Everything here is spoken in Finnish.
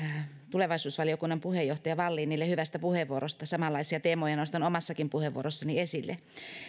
tulevaisuusvaliokunnan puheenjohtaja wallinille hyvästä puheenvuorosta samanlaisia teemoja nostan omassakin puheenvuorossani esille